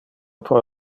pro